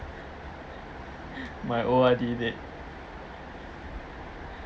my O_R_D date